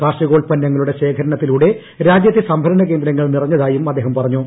കാർഷികോൽപ്പന്നങ്ങളുടെ സംഭരണത്തിലൂടെ രാജ്യത്തെ സംഭരണ കേന്ദ്രങ്ങൾ നീറഞ്ഞതായും അദ്ദേഹം പറഞ്ഞു